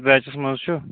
batches مَنٛز چھُ